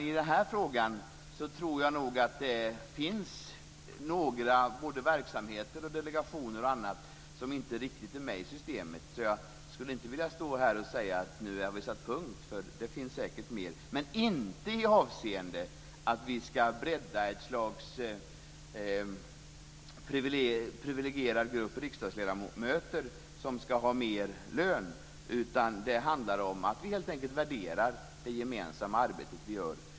I den här frågan finns det nog några både verksamheter och delegationer och annat som inte riktigt är med i systemet, så jag skulle inte vilja stå här och säga att vi har satt punkt. Det finns mer, men inte i det avseendet att vi ska bredda ett slags privilegierad grupp av riksdagsledamöter som ska ha mer lön. Det handlar om att vi helt enkelt värderar det gemensamma arbete vi gör.